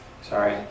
Sorry